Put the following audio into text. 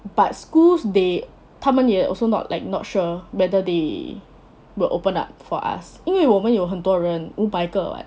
but schools they 他们也 also not like not sure whether they will open up for us 因为我们有很多人五百个 [what]